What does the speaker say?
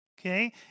Okay